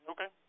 Okay